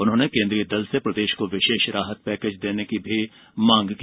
उन्होंने केन्द्रीय दल से प्रदेश को विशेष राहत पैकेज दिए जाने की मांग की